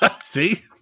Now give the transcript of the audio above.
see